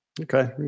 Okay